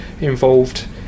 involved